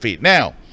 Now